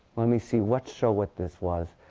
let me see. what show what this was?